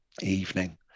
evening